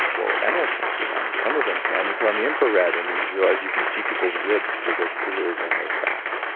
well, animals can see that, some of them can. you put on the infrared and you realize you can see people's ribs cause they're cooler than their fat.